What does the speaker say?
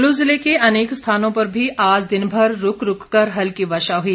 कुल्लू ज़िले के अनेक स्थानों पर भी आज दिनभर रूक रूक कर हल्की वर्षा हुई